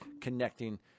connecting